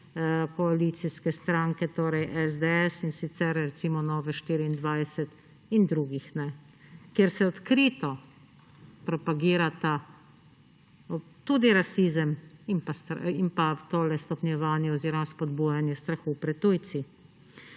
koalicijske stranke, torej SDS, in sicer recimo Nove24 in drugih, kjer se odkrito propagirata tudi rasizem in tole stopnjevanje oziroma spodbujanje strahu pred tujci.